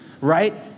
right